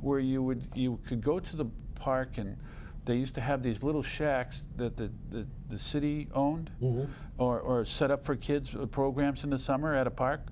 were you would you could go to the park and they used to have these little shacks that the city owned or set up for kids for the programs in the summer at a park